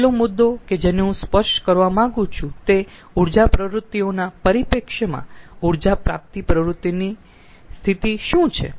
છેલ્લો મુદ્દો કે જેને હું સ્પર્શ કરવા માંગું છું તે ઊર્જા પ્રવૃત્તિઓના પરિપ્રેક્ષ્યમાં ઊર્જા પ્રાપ્તિ પ્રવૃત્તિની સ્થિતિ શું છે